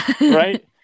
Right